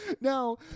Now